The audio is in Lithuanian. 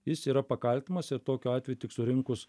jis yra pakaltinamas ir tokiu atveju tik surinkus